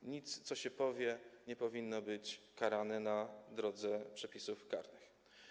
Za nic, co się powie, nie powinno się być karanym w drodze przepisów karnych.